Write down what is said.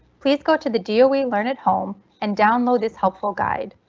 please go to the deal we learn at home and download this helpful guide.